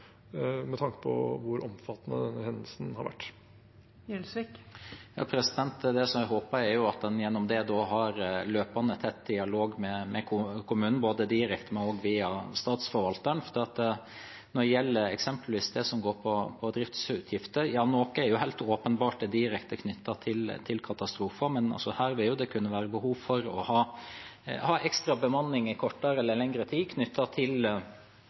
med tanke på hvor omfattende denne hendelsen har vært. Det jeg håper, er at en gjennom dette har løpende og tett dialog med kommunen, både direkte og via Statsforvalteren. Når det eksempelvis gjelder det som går på driftsutgifter, er noe helt åpenbart direkte knyttet til katastrofen, men også her vil det kunne være behov for å ha ekstra bemanning i kortere eller lengre tid knyttet til